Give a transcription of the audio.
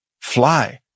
fly